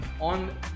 on